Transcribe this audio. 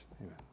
Amen